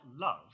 love